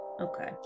okay